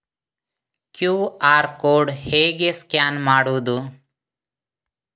QR code ಹೇಗೆ scan ಮಾಡುವುದು?